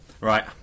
Right